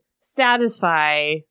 satisfy